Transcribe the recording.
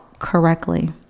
Correctly